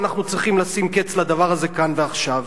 ואנחנו צריכים לשים קץ לדבר הזה כאן ועכשיו.